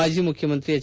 ಮಾಜಿ ಮುಖ್ಯಮಂತ್ರಿ ಎಚ್